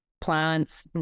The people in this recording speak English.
plants